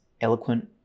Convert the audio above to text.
eloquent